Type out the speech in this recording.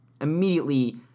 immediately